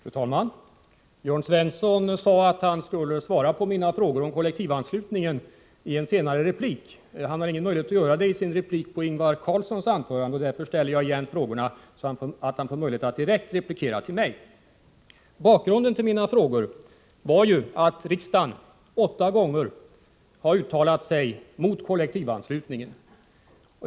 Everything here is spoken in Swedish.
Fru talman! Jörn Svensson sade att han i en senare replik skulle svara på mina frågor om kollektivanslutningen. Han har ingen möjlighet att göra det i sin replik på Ingvar Carlssons anförande. Därför ställer jag frågorna igen, så att han får möjlighet att replikera direkt till mig. Bakgrunden till mina frågor var ju att riksdagen åtta gånger har uttalat sig mot kollektivanslutningen.